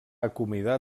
acomiadar